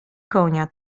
konia